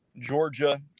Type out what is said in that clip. Georgia